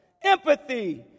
Empathy